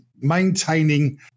maintaining